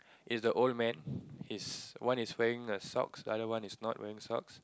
is the old man he's one is wearing a socks the other one is not wearing socks